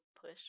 push